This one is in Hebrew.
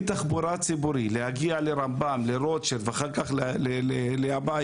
תחבורה ציבורית ולהגיע לרמב"ם ולרוטשילד ואחר כך הביתה.